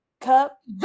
cup